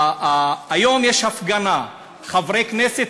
אני פונה לחברי לאשר את זה.